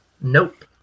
Nope